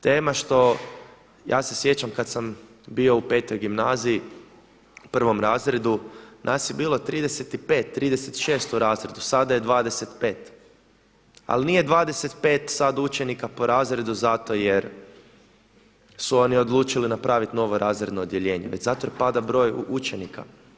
Tema što, ja se sjećam kada sam bio u V. gimnaziji u 1. razredu nas je bilo 35, 36 u razredu, sada je 25. ali nije 25 sada učenika po razredu zato jer su oni odlučili napraviti novo razredno odjeljenje, već zato jer pada broj učenika.